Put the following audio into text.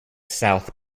south